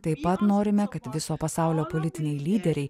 taip pat norime kad viso pasaulio politiniai lyderiai